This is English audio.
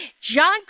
John